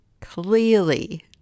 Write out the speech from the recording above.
Clearly